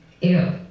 ew